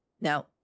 Now